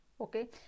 okay